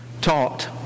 taught